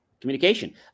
communication